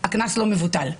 הקנס לא מבוטל.